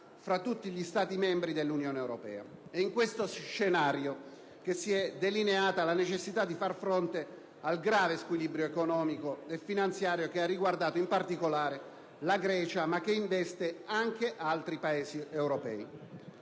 tra tutti gli Stati membri dell'Unione europea. È in questo scenario che si è delineata la necessità di far fronte al grave squilibrio economico e finanziario, che ha riguardato in particolare la Grecia ma che investe anche altri Paesi europei.